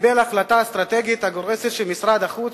קיבל החלטה אסטרטגית הגורסת שמשרד החוץ,